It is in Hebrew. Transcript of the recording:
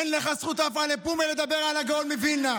אין לך זכות, עפרא לפומיה, לדבר על הגאון מווילנה.